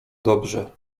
dobrze